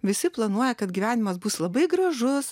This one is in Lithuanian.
visi planuoja kad gyvenimas bus labai gražus